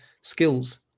skills